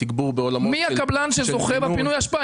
מי הקבלן שזוכה בפינוי אשפה?